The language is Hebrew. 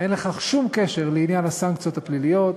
אין לכך שום קשר לעניין הסנקציות הפליליות.